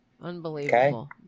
Unbelievable